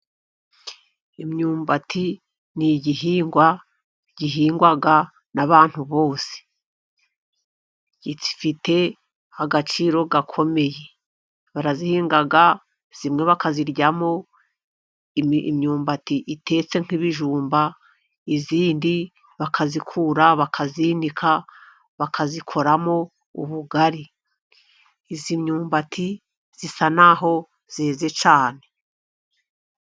Imyumbati ni igihingwa gihingwa n' abantu bose gifite agaciro gakomeye barazihinga, zimwe bakaziryamo imyumbati itetse nk' ibijumba izindi bakazikura bakazinika, bakazikoramo ubugari; iz' imyumbati zisa naho zeze cyane.